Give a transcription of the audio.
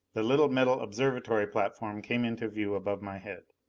the little metal observatory platform came into view above my head.